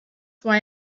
why